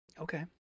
okay